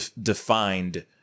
defined